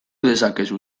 dezakezu